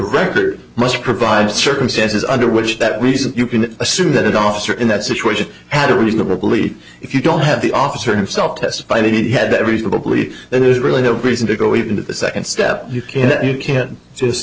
record must provide circumstances under which that reason you can assume that officer in that situation had a reasonable belief if you don't have the officer himself testify that he had reasonably there's really no reason to go even to the second step you can't